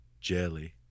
jelly